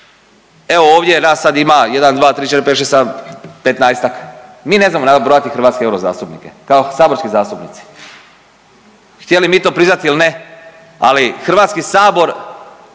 Evo ovdje nas sada ima 1, 2, 3, 4, 5, 6, 7, - 15-tak, mi ne znamo nabrojati hrvatske euro zastupnike kao saborski zastupnici. Htjeli mi to priznati ili ne ali Hrvatski sabor